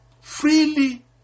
Freely